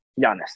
Giannis